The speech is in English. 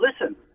listen